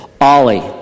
Ollie